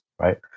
right